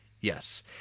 Yes